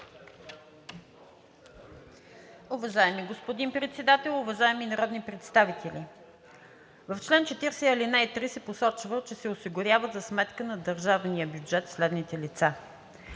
Уважаеми господин Председател, уважаеми народни представители! В чл. 40, ал. 3 се посочва, че се осигуряват за сметка на държавния бюджет следните лица.